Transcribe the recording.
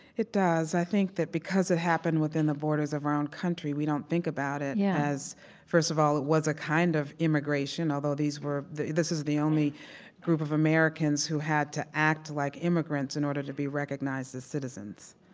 it does. i think that because it happened within the borders of our country, we don't think about it yeah as first of all, it was a kind of immigration. although, these were this was the only group of americans who had to act like immigrants in order to be recognized as citizens.